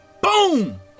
Boom